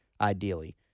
ideally